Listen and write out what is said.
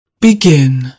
Begin